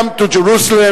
welcome to Jerusalem,